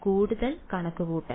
വിദ്യാർത്ഥി കൂടുതൽ കണക്കുകൂട്ടൽ